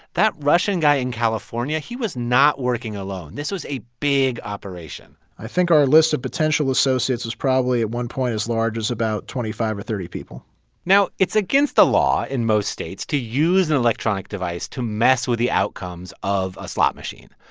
that russian guy in california, he was not working alone. this was a big operation i think our list of potential associates was probably at one point as large as about twenty five or thirty people now, it's against the law in most states to use an electronic device to mess with the outcomes of a slot machine.